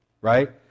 right